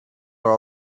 are